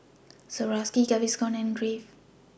Swarovski Gaviscon and Crave